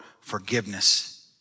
forgiveness